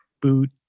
boot